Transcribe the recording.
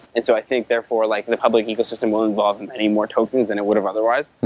and so i think therefore, like the public ecosystem will involve in any more tokens than it would have otherwise,